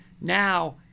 now